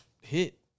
hit